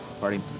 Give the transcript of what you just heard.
party